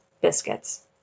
Biscuits